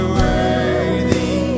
worthy